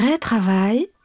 travail